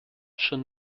schon